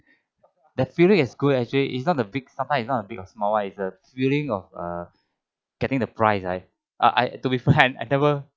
the feeling is good actually it's not a big sometime it's not a big or small one is a feeling of uh getting the prize right ah I to be frank I never